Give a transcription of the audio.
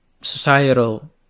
societal